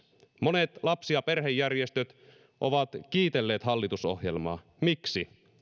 monet lapsi ja perhejärjestöt ovat kiitelleet hallitusohjelmaa miksi